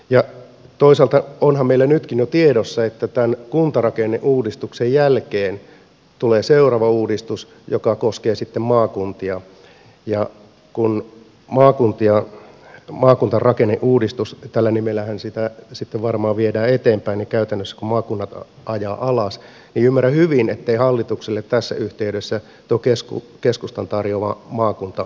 ja toisaalta onhan meillä nytkin jo tiedossa että tämän kuntarakenneuudistuksen jälkeen tulee seuraava uudistus joka koskee sitten maakuntia ja kun maakuntarakenneuudistus tällä nimellähän sitä sitten varmaan viedään eteenpäin käytännössä maakunnat ajaa alas niin ymmärrän hyvin ettei hallitukselle tässä yhteydessä tuo keskustan tarjoama maakuntamalli käy